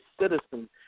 citizen